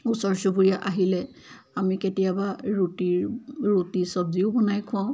ওচৰ চুবুৰীয়া আহিলে আমি কেতিয়াবা ৰুটিৰ ৰুটি চবজিও বনাই খুৱাওঁ